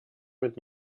mit